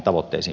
puhemies